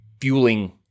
fueling